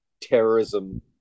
terrorism